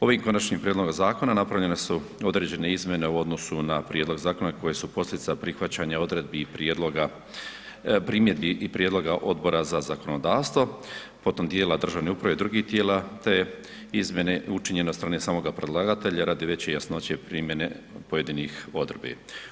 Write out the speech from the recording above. Ovim konačnim prijedlogom zakona napravljene su određene izmjene u odnosu na prijedlog zakona koje su posljedica prihvaćanja odredbi i prijedloga, primjedbi i prijedloga Odbora za zakonodavstvo, potom tijela državne uprave i drugih tijela, te izmjene učinjene od strane samoga predlagatelja radi veće jasnoće primjene pojedinih odredbi.